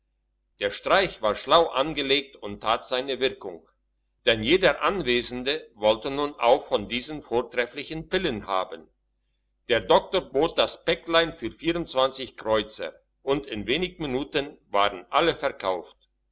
der streich war schlau angelegt und tat seine wirkung denn jeder anwesende wollte nun auch von diesen vortrefflichen pillen haben der doktor bot das päcklein für kreuzer und in wenig minuten waren alle verkauft